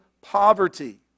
poverty